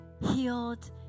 healed